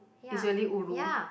ya ya